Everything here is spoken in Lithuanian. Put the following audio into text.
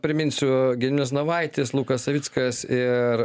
priminsiu gediminas navaitis lukas savickas ir